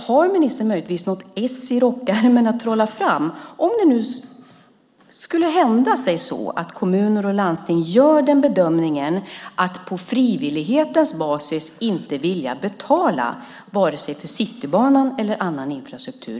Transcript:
Har ministern möjligtvis något ess att trolla fram ur rockärmen? Vad händer om det nu skulle bli så att kommuner och landsting gör bedömningen att de på frivillighetens basis inte vill betala vare sig för Citybanan eller för annan infrastruktur?